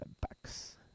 Bucks